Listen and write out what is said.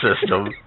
system